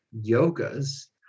yogas